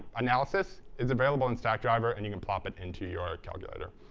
analysis is available in stackdriver, and you can plop it into your calculator.